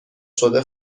شده